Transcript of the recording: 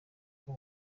uko